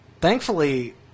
thankfully